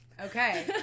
Okay